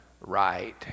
right